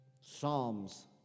psalms